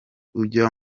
ujya